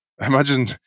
Imagine